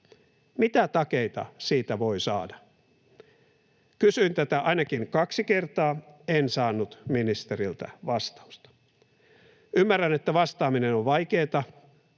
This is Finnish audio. Mitä takeita siitä voi saada? Kysyin tätä ainakin kaksi kertaa, enkä saanut ministeriltä vastausta. Ymmärrän, että vastaaminen on vaikeata,